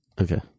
okay